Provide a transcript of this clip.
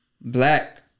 black